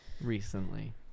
recently